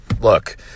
look